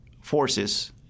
forces